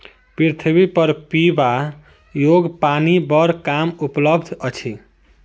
पृथ्वीपर पीबा योग्य पानि बड़ कम उपलब्ध अछि